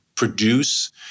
produce